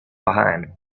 behind